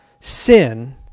sin